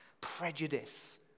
prejudice